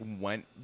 went